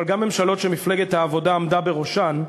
אבל גם ממשלות שמפלגת העבודה עמדה בראשן,